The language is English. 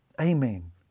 Amen